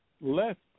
left